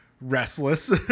restless